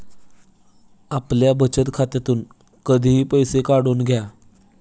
आपल्या बचत खात्यातून कधीही पैसे काढून घ्या